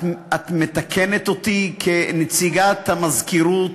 את מתקנת אותי כנציגת המזכירות?